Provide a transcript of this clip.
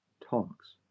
talks